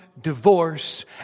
Divorce